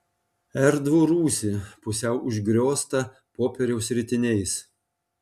erdvų rūsį pusiau užgrioztą popieriaus ritiniais